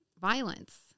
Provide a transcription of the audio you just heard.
violence